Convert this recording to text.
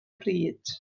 bryd